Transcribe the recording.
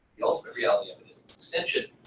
the ultimate reality of it is its extension,